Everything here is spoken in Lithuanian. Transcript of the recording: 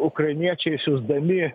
ukrainiečiai siųsdami